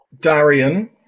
Darian